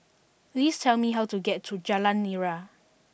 please tell me how to get to Jalan Nira